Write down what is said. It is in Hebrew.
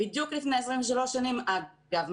בדיוק לפני 23 שנים אגב,